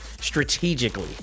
strategically